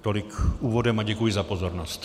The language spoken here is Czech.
Tolik úvodem a děkuji za pozornost.